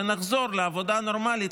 ונחזור לעבודה נורמלית,